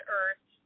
earth